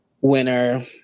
winner